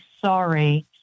sorry